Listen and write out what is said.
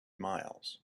miles